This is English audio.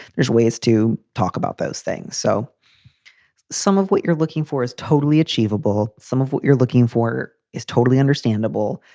there's ways to talk about those things. so some of what you're looking for is totally achievable. some of what you're looking for is totally understandable.